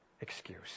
excuse